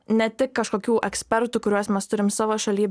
ne tik kažkokių ekspertų kuriuos mes turim savo šaly